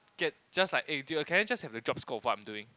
get just like eh can I just have the job scope of what I'm doing